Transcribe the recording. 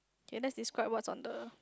okay let's describe what's on the